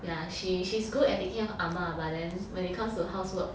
ya she she's good at taking care of ah ma but then when it comes to housework